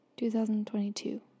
2022